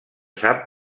sap